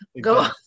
Go